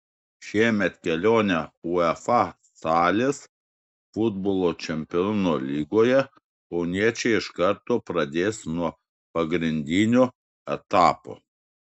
šiemet kelionę uefa salės futbolo čempionų lygoje kauniečiai iš karto pradės nuo pagrindinio etapo